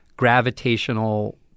gravitational